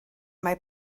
mae